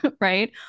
Right